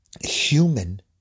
human